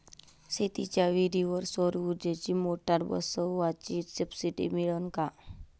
शेतीच्या विहीरीवर सौर ऊर्जेची मोटार बसवासाठी सबसीडी मिळन का?